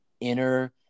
inner